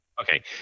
Okay